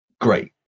great